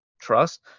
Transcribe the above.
trust